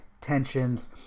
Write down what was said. tensions